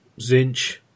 Zinch